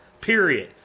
Period